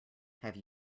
have